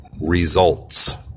results